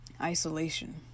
isolation